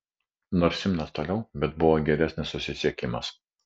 nors simnas toliau bet buvo geresnis susisiekimas